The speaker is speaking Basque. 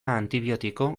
antibiotiko